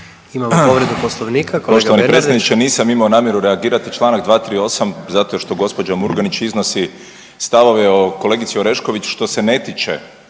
Imamo povredu poslovnika